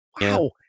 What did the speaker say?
Wow